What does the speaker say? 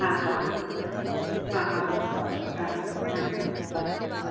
ആ ആ ആ ആ ഓക്കെ ആ ആ ആ ആ